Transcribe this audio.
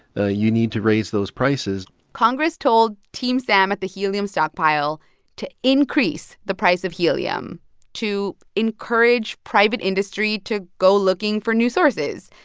you need to raise those prices congress told team sam at the helium stockpile to increase the price of helium to encourage private industry to go looking for new sources.